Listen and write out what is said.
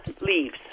leaves